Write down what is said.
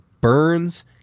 burns